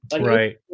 right